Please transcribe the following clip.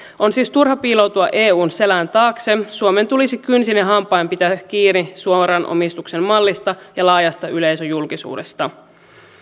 on siis turha piiloutua eun selän taakse suomen tulisi kynsin ja hampain pitää kiinni suoran omistuksen mallista ja laajasta yleisöjulkisuudesta